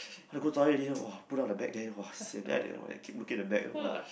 want to go toilet already loh !wah! put down the bag there !wah! sian then they will keep looking the bag !wah!